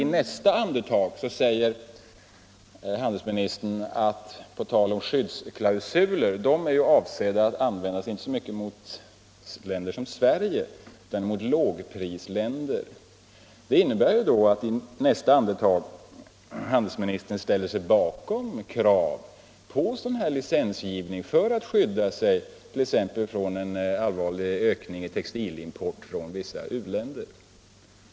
I nästa andetag säger han nämligen att skyddsklausuler inte är avsedda att användas mot länder som Sverige utan mot lågprisländer. Det innebär väl då att handelsministern ställer sig bakom krav på sådan licensgivning för att skydda sig från t.ex. en allvarlig ökning av textilimporten från vissa u-länder.